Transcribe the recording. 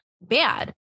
bad